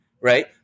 right